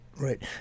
right